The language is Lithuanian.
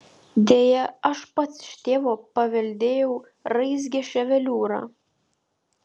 deja aš pats iš tėvo paveldėjau raizgią ševeliūrą